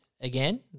Again